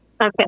okay